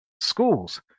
Schools